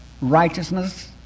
righteousness